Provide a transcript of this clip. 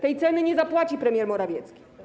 Tej ceny nie zapłaci premier Morawiecki.